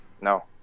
No